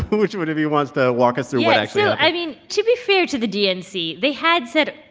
which one of you wants to walk us through yeah yeah i mean, to be fair to the dnc, they had said,